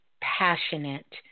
passionate